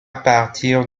partir